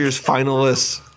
finalists